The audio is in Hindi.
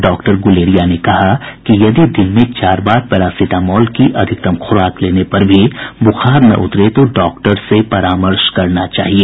डॉक्टर गुलेरिया ने कहा कि यदि दिन में चार बार पैरासिटामोल की अधिकतम खुराक लेने पर भी बुखार न उतरे तो डॉक्टर से परामर्श करना चाहिए